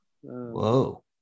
Whoa